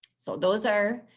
so those are